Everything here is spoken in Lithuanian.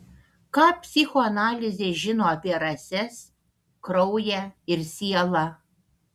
ką psichoanalizė žino apie rases kraują ir sielą